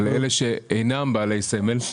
על אלה שאינם בעלי סמל.